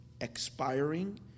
expiring